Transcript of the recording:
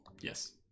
Yes